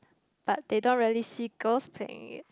but they don't really see girls playing it